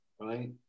right